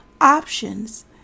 options